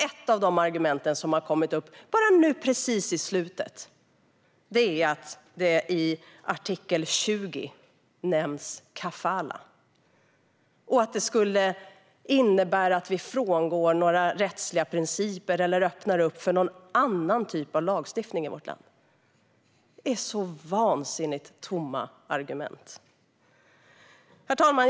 Ett av de argumenten är att det i artikel 20 nämns kafalah och att det skulle innebära att vi frångår rättsliga principer eller öppnar upp för någon annan typ av lagstiftning i vårt land. Det är vansinnigt tomma argument. Herr talman!